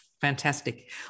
Fantastic